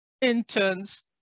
interns